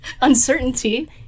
uncertainty